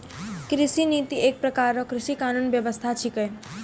कृषि नीति एक प्रकार रो कृषि कानून व्यबस्था छिकै